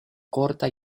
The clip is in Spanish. corta